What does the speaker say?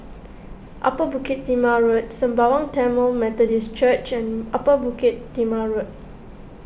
Upper Bukit Timah Road Sembawang Tamil Methodist Church and Upper Bukit Timah Road